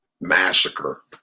massacre